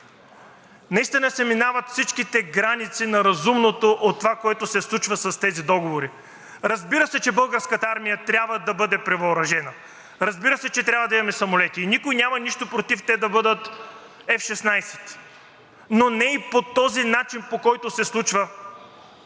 Наистина се минават всичките граници на разумното от това, което се случва с тези договори. Разбира се, че Българската армия трябва да бъде превъоръжена. Разбира се, че трябва да имаме самолети и никой няма нищо против те да бъдат F-16, но не и по този начин, по който се случва: